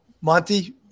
Monty